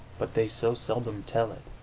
but they so seldom tell it!